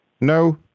No